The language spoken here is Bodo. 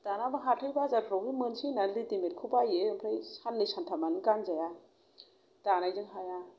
दाना आरो हाथाइ बाजारफोरावबो मोनसै होनना रेडिमेड खौ बायो ओमफ्राय साननै सानथामानो गानजाया दानायजों हाया